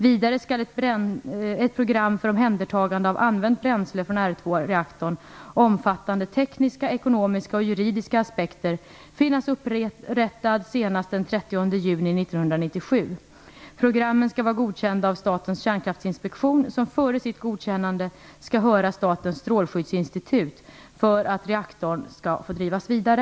Vidare skall ett program för omhändertagande av använt bränsle, såväl höganrikat som låganrikat, från R2-reaktorn omfattande tekniska, ekonomiska och juridiska aspekter finnas upprättad senast den 30 juni 1997. Programmen skall vara godkända av Statens kärnkraftsinspektion, som före sitt godkännande skall höra Statens strålskyddsinstitut, för att reaktorn skall få drivas vidare.